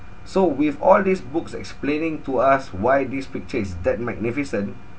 so with all these books explaining to us why this picture is that magnificent